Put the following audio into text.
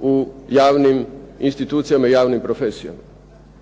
u javnim institucijama i javnim profesijama.